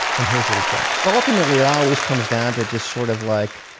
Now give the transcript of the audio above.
and here's what he said but ultimately always comes down to just sort of like